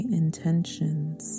intentions